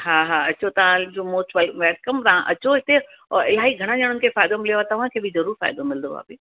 हा हा अचो तव्हांजो मोच वेल वेलकम तव्हां अचो हिते और इलाही घणनि ॼणन खे फ़ाइदो मिलियो आहे तव्हांखे बि जरूर फ़ाइदो मिलंदो भाभी